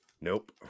Nope